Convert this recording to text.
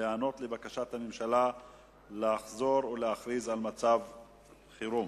להיענות לבקשת הממשלה לחזור ולהכריז על מצב חירום.